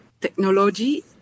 technology